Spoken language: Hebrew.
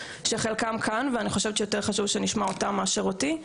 שחלקם כאן ואני חושבת שיותר חשוב שנשמע אותם מאשר אותי,